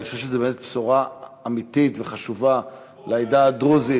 אני חושב שזו באמת בשורה אמיתית וחשובה לעדה הדרוזית.